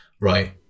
right